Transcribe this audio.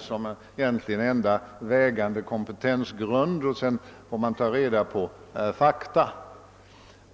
som egentligen enda vägande kompetensgrund, och sedan får vi ta reda på fakta.